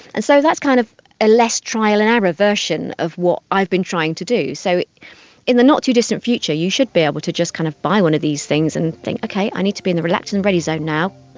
and so that's kind of a less trial-and-error version of what i've been trying to do. so in the not too distant future you should be able to just kind of buy one of these things and think, okay, i need to be in the relaxed and ready zone now,